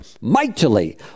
mightily